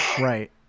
right